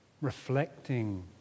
reflecting